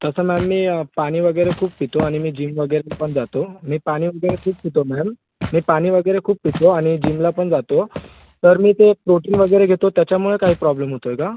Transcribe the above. तसं मॅम मी पाणी वगैरे खूप पितो आणि मी जीम वगैरे पण जातो मी पाणी वगैरे खूप पितो मॅडम मी पाणी वगैरे खूप पितो आणि जीमला पण जातो तर मी ते प्रोटीन वगैरे घेतो त्याच्यामुळे काही प्रॉब्लेम होत आहे का